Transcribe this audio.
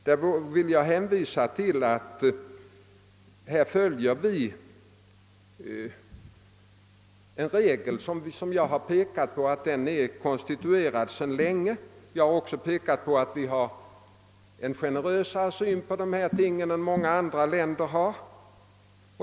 Jag vill hänvisa till att vi följer en regel, som — det har jag redan nämnt — är konstituerad sedan länge. Jag har också pekat på att vi har en generösare syn på dessa ting än många andra länder.